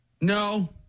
No